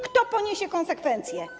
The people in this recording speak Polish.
Kto poniesie konsekwencje?